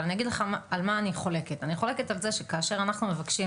אני אגיד לך על מה אני חולקת: אני חולקת שכאשר אנחנו מבקשים